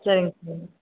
சரிங்க சரிங்க